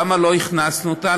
למה לא הכנסנו אותה,